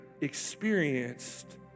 experienced